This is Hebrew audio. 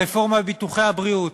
הרפורמה בביטוחי הבריאות,